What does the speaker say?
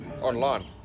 Online